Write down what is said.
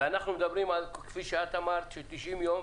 ואנחנו מדברים, כפי שאת אמרת, ש-90 יום